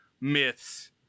myths